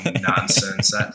nonsense